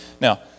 Now